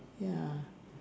ya